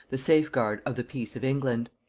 the safeguard of the peace of england.